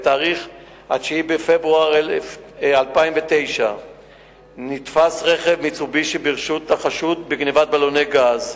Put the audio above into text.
בתאריך 9 בפברואר 2009 נתפס רכב "מיצובישי" ברשות החשוד בגנבת בלוני גז.